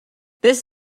this